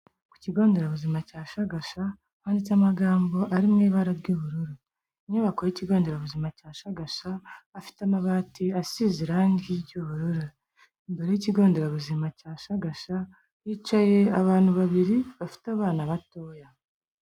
Ku kigo nderabuzima cya Shagasha kandi cy'amagambo ari mu ibara ry'ubururu. Ku nyubako y'ikigo nderabuzima cya Shagasha hafite amabati asize irangi ry'ubururu. Imbere y'ikigo nderabuzima cya Shagasha hicaye abantu babiri bafite abana batoya.